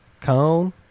Cone